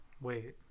Wait